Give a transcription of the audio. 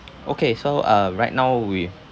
okay so uh right now we